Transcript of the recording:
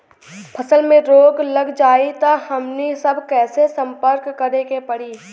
फसल में रोग लग जाई त हमनी सब कैसे संपर्क करें के पड़ी?